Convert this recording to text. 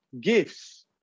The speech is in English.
Gifts